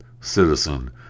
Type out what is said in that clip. citizen